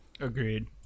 Agreed